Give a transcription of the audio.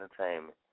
entertainment